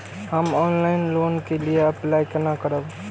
हम online loan के लिए अप्लाई केना करब?